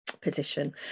position